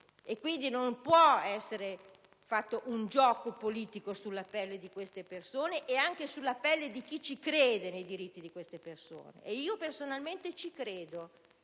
e quindi non può essere fatto un gioco politico sulla pelle di queste persone e sulla pelle di chi crede nei loro diritti. Io personalmente ci credo,